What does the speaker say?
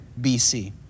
BC